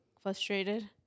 frustrated